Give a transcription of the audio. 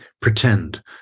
pretend